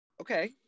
Okay